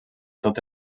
tot